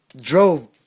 drove